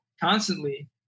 constantly